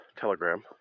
Telegram